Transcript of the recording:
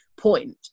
point